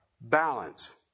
balance